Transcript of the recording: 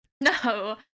No